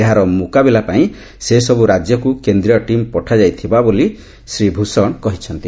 ଏହାର ମୁକାବିଲା ପାଇଁ ସେହିସବୁ ରାଜ୍ୟକୁ କେନ୍ଦ୍ରୀୟ ଟିମ୍ ପଠାଯାଇଥିବା ଶ୍ରୀ ଭୂଷଣ କହିଚ୍ଛନ୍ତି